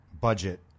budget